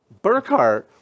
Burkhart